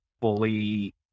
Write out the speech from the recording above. fully